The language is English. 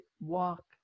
walk